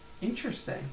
interesting